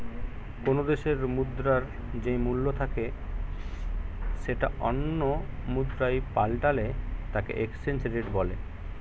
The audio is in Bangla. কোনো দেশের মুদ্রার যেই মূল্য থাকে সেটা অন্য মুদ্রায় পাল্টালে তাকে এক্সচেঞ্জ রেট বলে